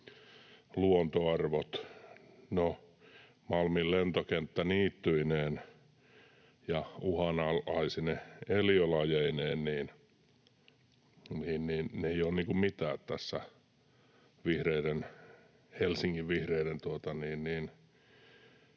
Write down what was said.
Luontoarvot — no, Malmin lentokenttä niittyineen ja uhanalaisine eliölajeineen ei ole tässä Helsingin vihreiden